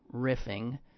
riffing